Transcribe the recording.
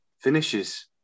Finishes